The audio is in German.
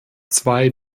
zwei